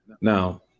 Now